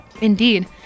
Indeed